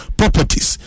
properties